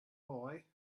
boy